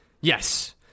Yes